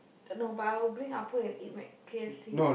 uh no but I will bring Appu and eat my K_F_C